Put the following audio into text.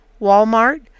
Walmart